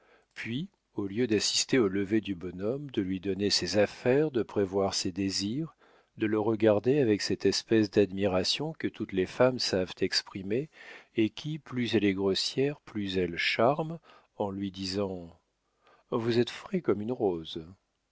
puis au lieu d'assister au lever du bonhomme de lui donner ses affaires de prévoir ses désirs de le regarder avec cette espèce d'admiration que toutes les femmes savent exprimer et qui plus elle est grossière plus elle charme en lui disant vous êtes frais comme une rose